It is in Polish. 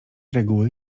reguły